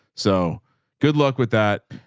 so good luck with that.